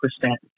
percent